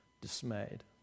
dismayed